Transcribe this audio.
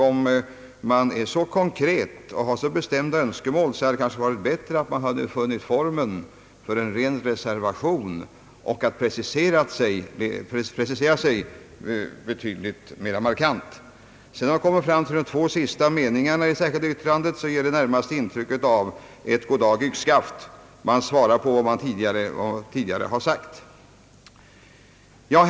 Om man har så bestämda önskemål, hade det kanske varit bättre om man funnit formen för en ren reservation och preciserat sig bättre. De två sista meningarna i det särskilda yttrandet ger närmast intryck av ett »god dag yxskaft». Man svarar på vad man själv tidigare har ifrågasatt.